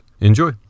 Enjoy